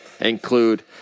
Include